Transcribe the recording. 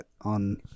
on